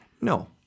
No